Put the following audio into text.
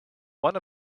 one